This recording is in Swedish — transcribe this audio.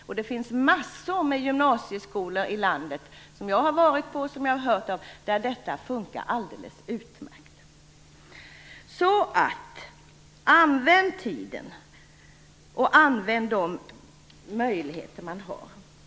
Och det finns massor av gymnasieskolor i landet, som jag har varit på eller som jag har hört talas om, där detta funkar alldeles utmärkt. Så använd tiden och använd de möjligheter som finns!